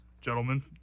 Gentlemen